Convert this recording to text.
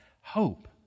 hope